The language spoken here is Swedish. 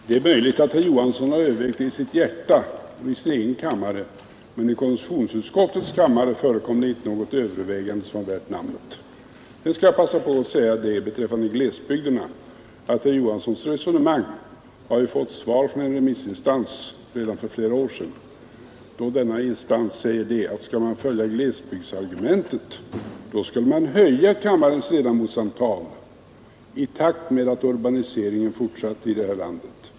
Fru talman! Det är möjligt att herr Johansson i Trollhättan har övervägt det i sitt hjärta och i sin egen kammare, men i konstitutionsutskottets kammare förekom det inte något övervägande som är värt namnet. Sedan skall jag passa på att säga att herr Johanssons resonemang beträffande glesbygderna har fått svar från en remissinstans redan för flera år sedan, då denna remissinstans yttrade: Skulle man följa glesbygdsargumentet, skulle man höja kammarens ledamotsantal i takt med att urbaniseringen fortsätter i det här landet.